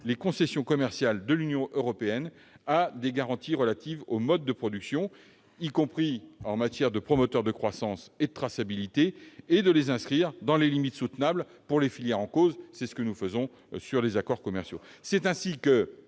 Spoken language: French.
les concessions commerciales de l'Union européenne à des garanties relatives au mode de production, y compris en matière de promoteurs de croissance et de traçabilité, et à les inscrire dans les limites soutenables pour les filières en cause. C'est ce que nous faisons sur les accords commerciaux.